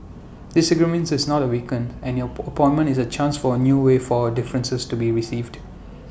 disagreement is not the weaken and your appointment is A chance for A new way for our differences to be received